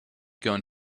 going